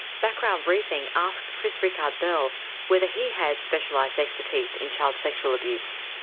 background briefing asked chris rikard-bell whether he had specialised expertise in child sexual abuse.